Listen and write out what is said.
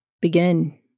begin